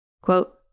Quote